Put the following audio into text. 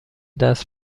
دست